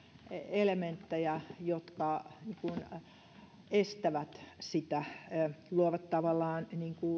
elementtejä jotka estävät sitä luovat tavallaan